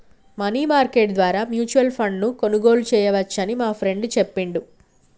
money market ద్వారా mutual ఫండ్ను కొనుగోలు చేయవచ్చని మా ఫ్రెండు చెప్పిండు